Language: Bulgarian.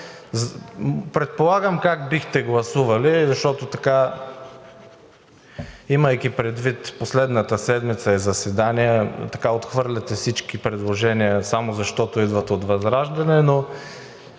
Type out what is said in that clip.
Предполагам как бихте гласували, защото, имайки предвид последната седмица – заседания, отхвърляте всички предложения само защото идват от ВЪЗРАЖДАНЕ, но